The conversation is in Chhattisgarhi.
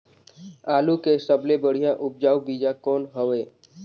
आलू के सबले बढ़िया उपजाऊ बीजा कौन हवय?